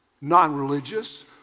non-religious